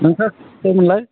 नोंथाङा सोरमोनलाय